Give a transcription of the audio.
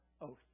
oath